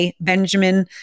Benjamin